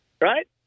Right